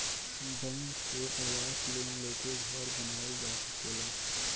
bank से आवास loan लेके घर बानावल जा सकेला